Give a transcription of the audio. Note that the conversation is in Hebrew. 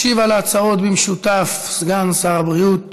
משיב על ההצעות במשותף סגן שר הבריאות